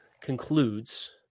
concludes